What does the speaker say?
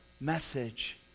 message